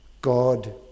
God